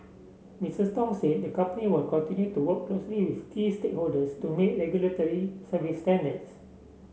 Mister Tong said the company will continue to work closely with key stakeholders to meet regulatory service standards